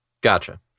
Gotcha